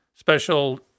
Special